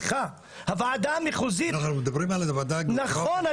אנחנו מדברים על הוועדה הגיאוגרפית --- נכון,